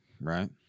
right